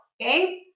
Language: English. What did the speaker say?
okay